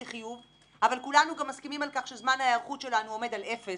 לחיוב אבל כולנו גם מסכימים על כך שזמן ההיערכות שלנו עומד על אפס,